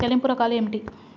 చెల్లింపు రకాలు ఏమిటి?